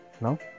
No